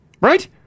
Right